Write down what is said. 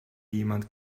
jemand